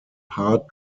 hard